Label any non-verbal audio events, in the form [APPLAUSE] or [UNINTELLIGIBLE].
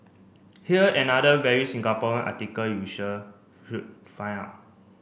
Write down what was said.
here another very Singapore article you should [UNINTELLIGIBLE] find out